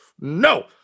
no